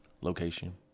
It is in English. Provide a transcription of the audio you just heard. location